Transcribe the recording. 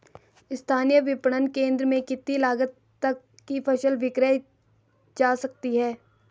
स्थानीय विपणन केंद्र में कितनी लागत तक कि फसल विक्रय जा सकती है?